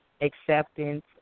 acceptance